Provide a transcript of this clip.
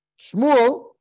Shmuel